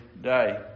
day